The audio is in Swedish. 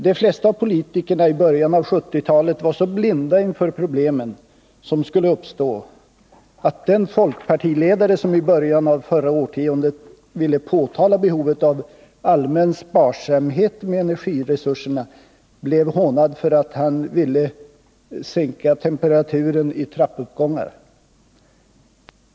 De flesta politiker var i början av 1970-talet så blinda inför problemen som skulle uppstå, att den folkpartiledare som i början av förra årtiondet ville påtala behovet av allmän sparsamhet med energiresurserna blev hånad för att han ville ”sänka temperaturen i trappuppgångar”.